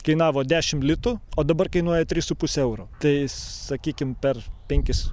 kainavo dešim litų o dabar kainuoja tris su puse euro tai sakykim per penkis